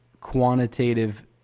quantitative